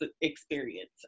experience